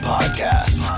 Podcast